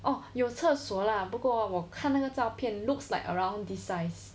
oh 有厕所 lah 不过我看那个照片 looks like around this size